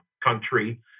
country